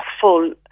full